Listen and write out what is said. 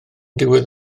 diwedd